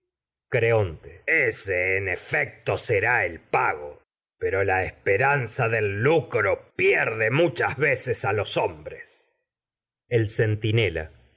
morir creonte ese en efecto será ranza el pago pero la espe del lucro pierde muchas veces a los hombres el centinela